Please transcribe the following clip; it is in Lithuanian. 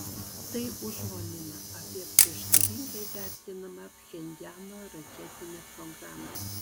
tai užuomina apie prieštaringai vertinamą pchenjano raketinę programą